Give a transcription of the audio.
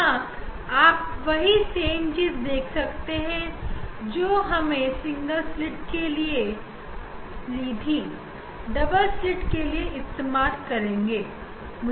यहां आप वही सेम चीज देख सकते हैं बस यहां हमें सिंगल स्लिट के जगह डबल स्लिट इस्तेमाल करनी है